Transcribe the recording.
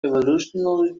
evolutionary